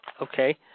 Okay